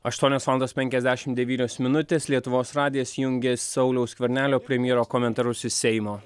aštuonios valandos penkiasdešim devynios minutės lietuvos radijas jungia sauliaus skvernelio premjero komentarus iš seimo